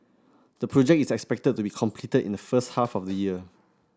the project is expected to be completed in the first half of this year